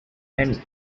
and